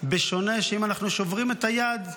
בשונה מזה שאנחנו שוברים את היד,